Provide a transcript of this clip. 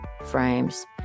frames